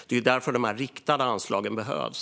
Det är därför de riktade anslagen behövs.